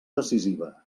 decisiva